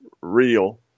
real